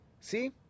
See